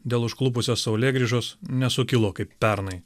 dėl užklupusios saulėgrįžos nesukilo kaip pernai